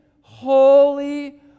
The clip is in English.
holy